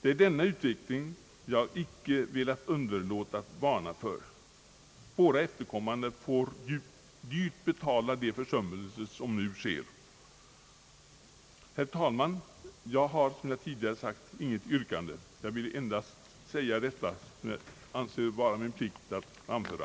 Det är denna utveckling som jag inte velat underlåta att varna för. Våra efterkommande får dyrt betala de försummelser som nu sker. Herr talman! Jag har inget yrkande, utan har endast velat säga det som jag anser det vara min plikt att framföra.